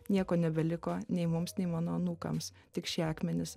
nieko nebeliko nei mums nei mano anūkams tik šie akmenys